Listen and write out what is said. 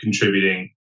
contributing